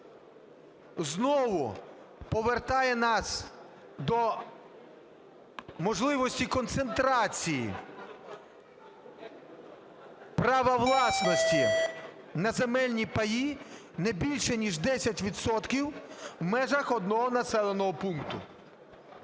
знову повертає нас до можливості концентрації права власності на земельні паї не більше ніж 10 відсотків в межах одного населеного пункту.